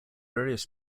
various